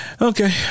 Okay